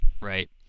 Right